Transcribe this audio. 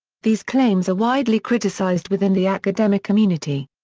these claims are widely criticized within the academic community.